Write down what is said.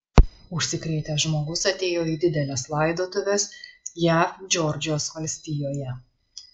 užsikrėtęs žmogus atėjo į dideles laidotuves jav džordžijos valstijoje